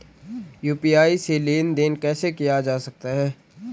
UPI से लेनदेन कैसे किया जा सकता है?